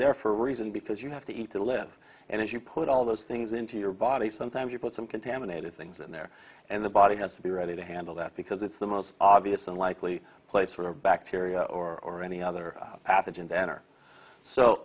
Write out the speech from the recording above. there for a reason because you have to eat to live and as you put all those things into your body sometimes you put some contaminated things in there and the body has to be ready to handle that because it's the most obvious and likely place where bacteria or any other